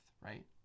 right